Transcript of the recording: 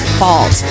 fault